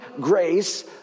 grace